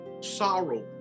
sorrow